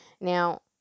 Now